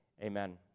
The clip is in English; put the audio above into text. amen